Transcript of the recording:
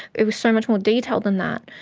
it was so much more detailed than that.